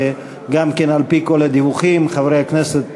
וגם כאן על-פי כל הדיווחים חברי הכנסת שטבון,